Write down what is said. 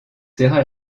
serra